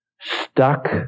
stuck